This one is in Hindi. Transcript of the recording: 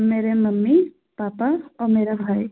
मेरे मम्मी पापा और मेरा भाई